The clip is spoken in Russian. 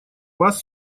вас